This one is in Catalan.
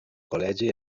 col·legi